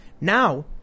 now